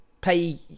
pay